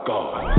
God